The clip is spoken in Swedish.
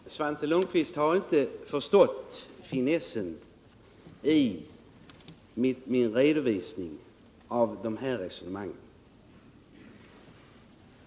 Herr talman! Svante Lundkvist har inte förstått finessen i min redovisning av de här resonemangen.